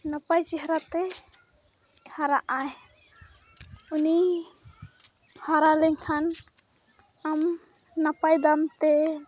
ᱱᱟᱯᱟᱭ ᱪᱮᱦᱨᱟᱛᱮ ᱦᱟᱨᱟᱜ ᱟᱭ ᱩᱱᱤ ᱦᱟᱨᱟᱞᱮᱱ ᱠᱷᱟᱱ ᱟᱢ ᱱᱟᱯᱟᱭ ᱫᱟᱢᱛᱮ